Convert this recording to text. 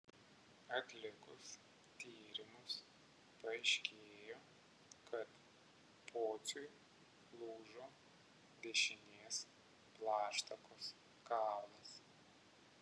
atlikus tyrimus paaiškėjo kad pociui lūžo dešinės plaštakos kaulas